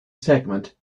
segment